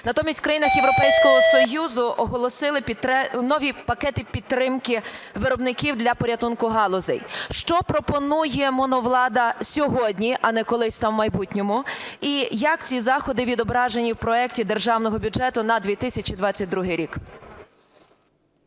натомість в країнах Європейського Союзу оголосили нові пакети підтримки виробників для порятунку галузей. Що пропонує моновлада сьогодні, а не колись там в майбутньому? І як ці заходи відображені в проекті Державного бюджету на 2022 рік?